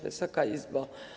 Wysoka Izbo!